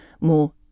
more